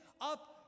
up